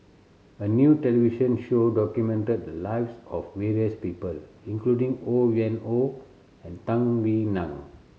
a new television show documented the lives of various people including Ho Yuen Hoe and Tung Yue Nang